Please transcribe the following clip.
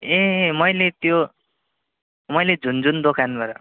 ए मैले त्यो मैले झुन झुन दोकानबाट